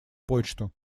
почту